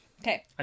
okay